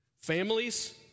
Families